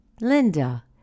Linda